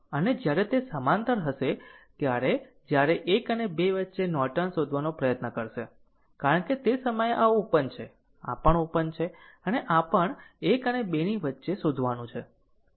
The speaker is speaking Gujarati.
અને અને જ્યારે તે સમાંતર હશે ત્યારે જ્યારે એક અને બે વચ્ચે નોર્ટન શોધવાનો પ્રયત્ન કરશે કારણ કે તે સમયે આ ઓપન છે આ પણ ઓપન છે અને આ પણ 1 અને 2 ની વચ્ચે શોધવાનું છે